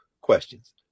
questions